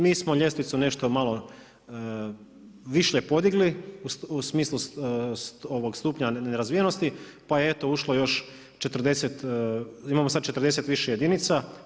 Mi smo ljestvicu nešto malo višlje podigli u smislu stupnja nerazvijenosti pa je ušlo još 40 imamo sada 40 više jedinica.